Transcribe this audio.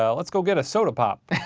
so let's go get a soda pop.